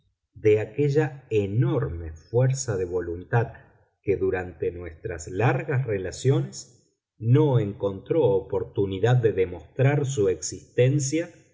de aquella enorme fuerza de voluntad que durante nuestras largas relaciones no encontró oportunidad de demostrar su existencia